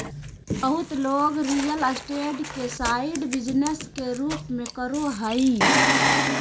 बहुत लोग real estate के साइड बिजनेस के रूप में करो हइ